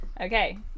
Okay